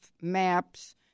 maps –